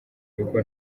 rugo